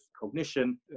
cognition